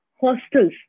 hostels